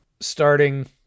Starting